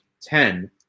ten